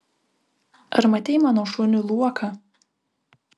ar matei mano šunį luoką